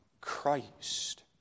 Christ